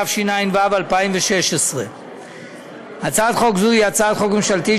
התשע"ו 2016. הצעת חוק זו היא הצעת חוק ממשלתית,